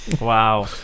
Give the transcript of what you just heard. Wow